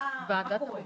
מה קורה?